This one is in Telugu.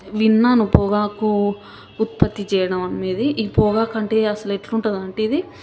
విన్నాను పొగాకు ఉత్పత్తి చేయడమనేది ఈ పొగాకంటే అసలెట్లుంటుందంటే ఇది